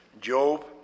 Job